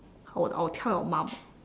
I will I will tell your mom ah